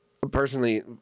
Personally